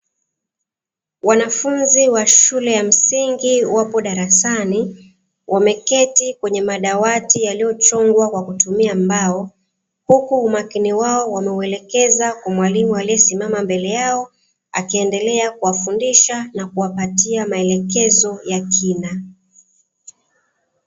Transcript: Wanafunzi wa shule ya msingi wapo darasani , wameketi kwenye madawati yaliyochongwa kwa kutumia mbao, huku umakini wao wameuelekeza kwa mwalimu aliesimama mbele yao, akiendelea kuwafundisha na kuwapatia maelekezo ya kina.